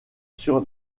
sur